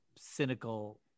cynical